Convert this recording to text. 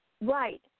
Right